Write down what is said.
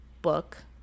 book